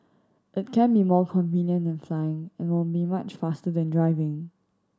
it can be more convenient than flying and will be much faster than driving